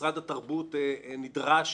משרד התרבות נדרש